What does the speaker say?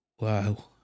Wow